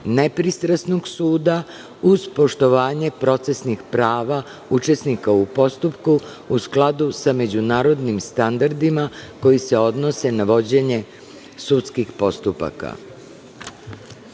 nepristrasnog suda, uz poštovanje procesnih prava učesnika u postupku, u skladu sa međunarodnim standardima koji se odnose na vođenje sudskih postupaka. Zatim,